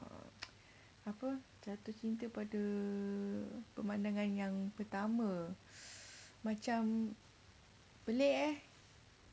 apa jatuh cinta pada pemandangan yang pertama macam pelik eh